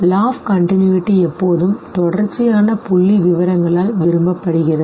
law of continuity எப்போதும் தொடர்ச்சியான புள்ளிவிவரங்களால் விரும்பப்படுகிறது